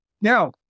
Now